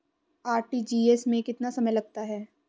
RTGS में कितना समय लगता है?